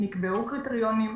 נקבעו קריטריונים,